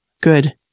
Good